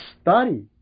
study